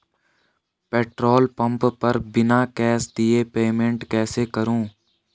Petrol pump पर बिना cash दिए पेमेंट कैसे करूँ?